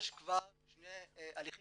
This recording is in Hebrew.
יש כבר שני הליכים